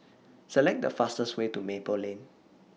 Select The fastest Way to Maple Lane